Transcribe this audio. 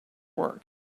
work